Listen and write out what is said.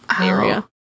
area